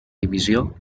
divisió